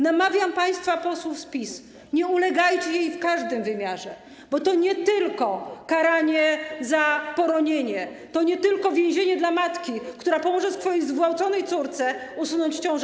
Namawiam państwa posłów z PiS - nie ulegajcie jej w każdym wymiarze, bo to nie tylko karanie za poronienie, to nie tylko więzienie dla matki, która pomoże swojej zgwałconej córce usunąć ciążę.